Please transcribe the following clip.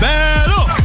Battle